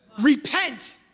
Repent